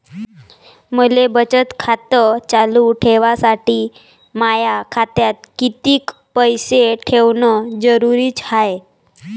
मले बचत खातं चालू ठेवासाठी माया खात्यात कितीक पैसे ठेवण जरुरीच हाय?